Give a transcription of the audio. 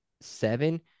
seven